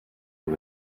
nog